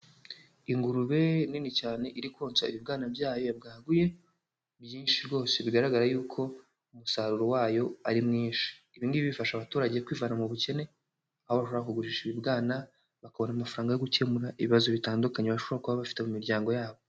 Ingurube nini cyane iri konsa ibibwana byayo yabwaguye, byinshi rwose bigaragara yuko umusaruro wayo ari mwinshi. Ibi ngibi bifasha abaturage kwivana mu bukene, aho bashobora kugurisha ibibwana, bakabona amafaranga yo gukemura ibibazo bitandukanye bashobora kuba bafite mu miryango yabo.